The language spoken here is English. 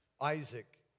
Isaac